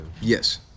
yes